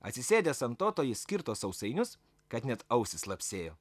atsisėdęs ant oto jis kirto sausainius kad net ausys lapsėjo